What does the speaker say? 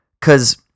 Cause